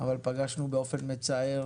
אבל פגשנו באופן מצער